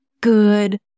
good